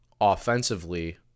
offensively